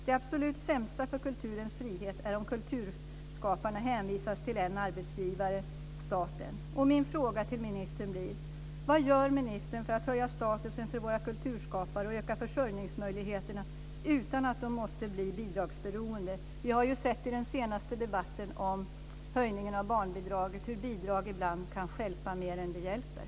Det absolut sämsta för kulturens frihet är om kulturskaparna hänvisas till en arbetsgivare, staten. Min fråga till ministen blir: Vad gör ministern för att höja statusen och öka försörjningsmöjligheterna för våra kulturskapare utan att de måste bli bidragsberoende? Vi har ju sett i den senaste debatten om höjningen av barnbidraget hur bidrag ibland kan stjälpa mer än de hjälper.